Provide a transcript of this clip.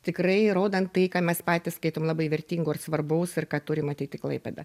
tikrai rodant tai ką mes patys skaitom labai vertingo ir svarbaus ir ką turi matyti klaipėda